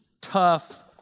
tough